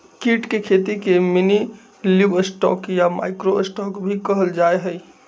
कीट के खेती के मिनीलिवस्टॉक या माइक्रो स्टॉक भी कहल जाहई